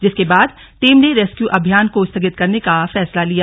जिसके बाद टीम ने रेस्क्यू अभियान को स्थगित करने का फैसला लिया